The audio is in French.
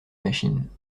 machines